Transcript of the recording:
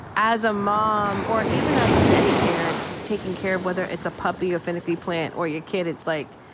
as a mom, or even as any parent, just taking care of whether it's a puppy, a finicky plant or your kid, it's, like,